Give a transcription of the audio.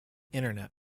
internet